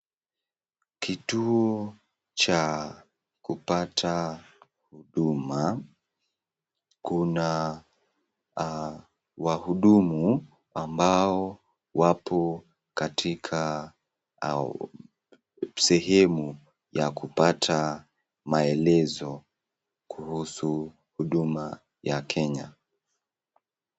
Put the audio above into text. Kituo cha kupata huduma kuna wahudumu ambao wapo katika sehemu ya kupata maelezo kuhusu huduma ya Kenya.